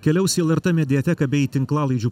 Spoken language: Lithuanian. keliaus į lrt mediateką bei tinklalaidžių